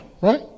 right